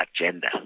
agenda